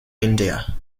india